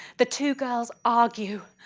the two girls argue,